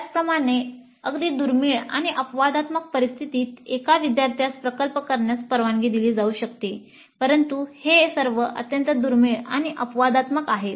त्याचप्रमाणे अगदी दुर्मिळ आणि अपवादात्मक परिस्थितीत एका विद्यार्थ्यास प्रकल्प करण्यास परवानगी दिली जाऊ शकते परंतु हे सर्व अत्यंत दुर्मिळ आणि अपवादात्मक आहेत